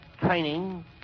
training